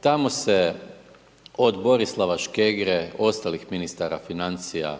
Tamo se od Borislava Škegre i ostalih ministara financija